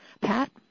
Pat